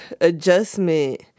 adjustment